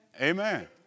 Amen